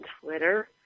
Twitter